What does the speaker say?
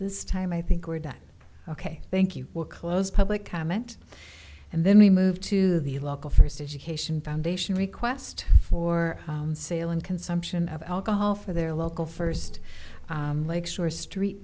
this time i think we're done ok thank you we'll close public comment and then we move to the local first education foundation request for sale and consumption of alcohol for their local first lake shore street